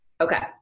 Okay